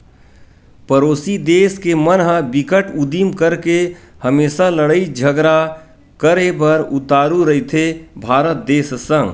परोसी देस के मन ह बिकट उदिम करके हमेसा लड़ई झगरा करे बर उतारू रहिथे भारत देस संग